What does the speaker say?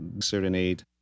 serenade